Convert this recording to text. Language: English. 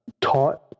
taught